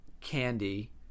Candy